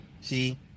See